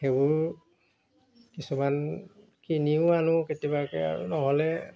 সেইবোৰ কিছুমান কিনিও আনোঁ কেতিয়াবাকৈ আৰু নহ'লে